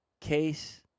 Case